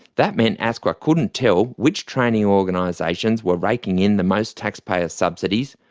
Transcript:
that meant asqa couldn't tell which training organisations were raking in the most taxpayer subsidies,